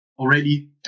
Already